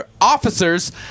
officers